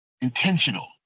intentional